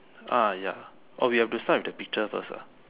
ah ya oh we have to start with the picture first ah